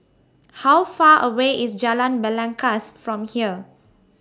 How Far away IS Jalan Belangkas from here